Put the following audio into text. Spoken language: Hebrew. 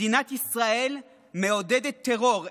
מדינת ישראל מעודדת טרור.